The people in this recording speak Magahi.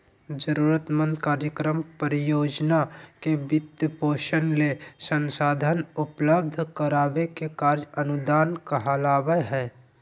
जरूरतमंद कार्यक्रम, परियोजना के वित्तपोषण ले संसाधन उपलब्ध कराबे के कार्य अनुदान कहलावय हय